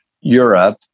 Europe